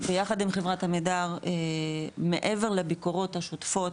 אנחנו ביחד עם חברת עמידר, מעבר לביקורות השוטפות,